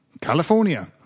California